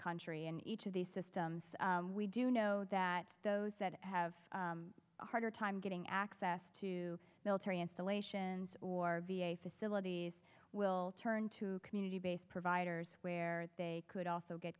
country and each of these systems we do know that those that have a harder time getting access to military installations or v a facilities will turn to community based providers where they could also get